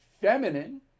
feminine